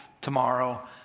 tomorrow